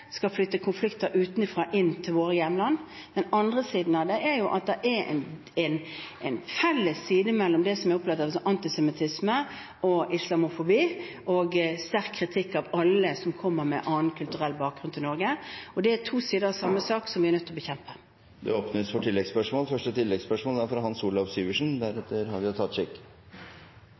skal flytte konflikter utenfra inn til vårt hjemland. Den andre siden av det er at det er en felles side mellom det som jeg opplever er antisemittisme og islamofobi, og en sterk kritikk av alle som kommer til Norge med en annen kulturell bakgrunn. Det er to sider av samme sak som vi er nødt til å bekjempe. Det åpnes for oppfølgingsspørsmål – først Hans Olav Syversen.